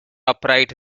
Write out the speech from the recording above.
upright